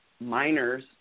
miners